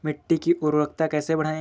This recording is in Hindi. मिट्टी की उर्वरता कैसे बढ़ाएँ?